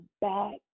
back